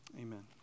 amen